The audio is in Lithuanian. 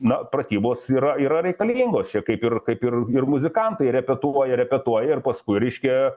na pratybos yra yra reikalingos čia kaip ir kaip ir ir muzikantai repetuoja repetuoja ir paskui reiškia